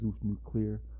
Nuclear